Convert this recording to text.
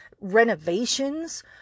renovations